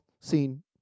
seen